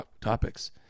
topics